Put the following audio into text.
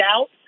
out